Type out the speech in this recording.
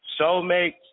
Soulmates